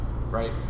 right